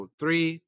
three